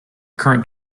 current